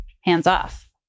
hands-off